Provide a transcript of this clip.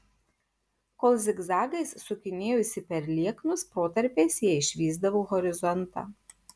kol zigzagais sukinėjosi per lieknus protarpiais jie išvysdavo horizontą